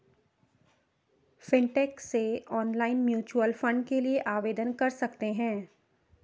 fintech से online mutual fund के लिए आवेदन कर सकते हैं